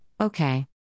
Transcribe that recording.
okay